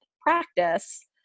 practice